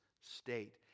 state